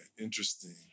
interesting